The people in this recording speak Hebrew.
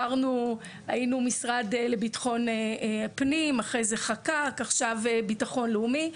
היינו משרד לביטחון פנים, עכשיו ביטחון לאומי.